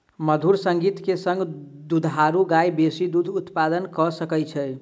मधुर संगीत के संग दुधारू गाय बेसी दूध उत्पादन कअ सकै छै